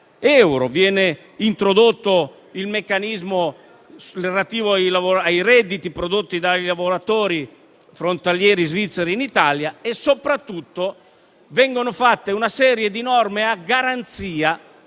Viene introdotto il meccanismo relativo ai redditi prodotti dai lavoratori frontalieri svizzeri in Italia e, soprattutto, vengono introdotte una serie di norme sia a garanzia